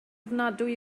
ofnadwy